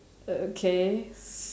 oh okay